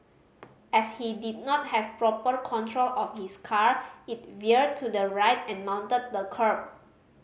as he did not have proper control of his car it veered to the right and mounted the kerb